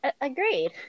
Agreed